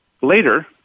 Later